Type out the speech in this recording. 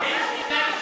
בין שנייה לשלישית.